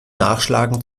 nachschlagen